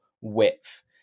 width